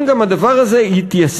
אם גם הדבר הזה יתיישם,